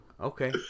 Okay